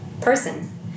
person